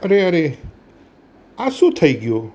અરે અરે આ શું થઈ ગયું